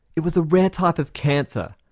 it was a rare type of cancer,